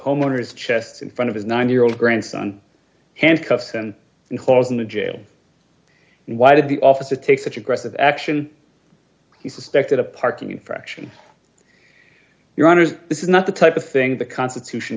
homeowners chest in front of his nine year old grandson handcuffed and hauled into jail why did the officer take such aggressive action he suspected a parking infraction your honor this is not the type of thing the constitution